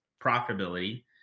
profitability